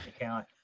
account